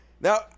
Now